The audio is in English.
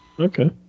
Okay